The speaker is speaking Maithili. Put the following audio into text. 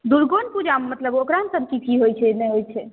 दुर्गो ने पूजा मतलब ओकरामे सभ की की होइ छै नहि होइ छै